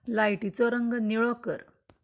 लायटीचो रंग नीळो कर